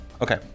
Okay